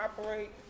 operate